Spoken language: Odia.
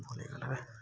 ଭୁଲ୍ ହେଇଗଲା ବେ